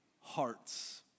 hearts